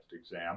exam